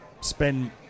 spend